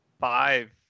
five